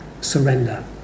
surrender